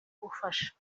gufasha